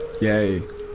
Yay